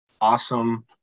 Awesome